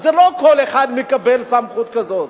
לא כל אחד מקבל סמכות כזאת.